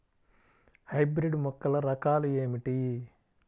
Hybrid మొక్కల రకాలు ఏమిటీ?